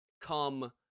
come